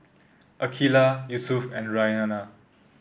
Aqeelah Yusuf and Raihana